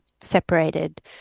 separated